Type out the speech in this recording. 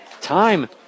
time